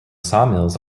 sawmills